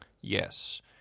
Yes